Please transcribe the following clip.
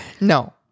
no